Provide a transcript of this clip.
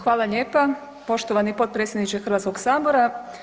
Hvala lijepa poštovani potpredsjedniče Hrvatskog sabora.